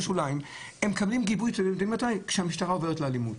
הם מקבלים גיבוי כשהמשטרה עוברת לאלימות.